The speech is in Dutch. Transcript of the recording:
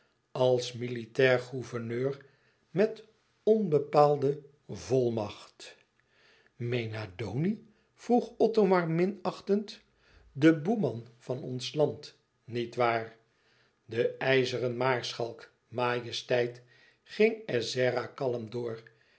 als militair gouverneur met onbepaalde volmacht mena doni vroeg othomar minachtend de boeman van ons land niet waar de ijzeren maarschalk majesteit ging ezzera kalm door